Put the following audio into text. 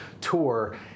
Tour